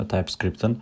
TypeScript